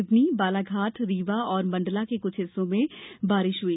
सिवनी बालाघाट रीवा और मंडला के कुछ हिस्सों में बारिष हुई